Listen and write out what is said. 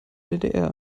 ddr